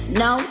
no